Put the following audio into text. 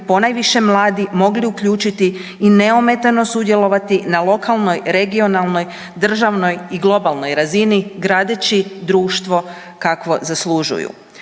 ponajviše mladi mogli uključiti i neometano sudjelovati na lokalnoj, regionalnoj, državnoj i globalnoj razini gradeći društvo kakvo zaslužuju.